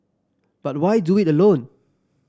but why do it alone